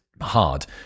hard